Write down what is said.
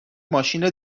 ماشین